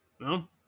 No